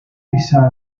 risale